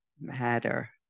matter